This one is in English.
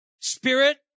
spirit